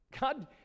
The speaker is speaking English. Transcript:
God